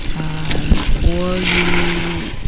um or you,